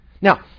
Now